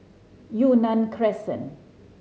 Yunnan Crescent